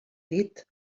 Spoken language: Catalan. dit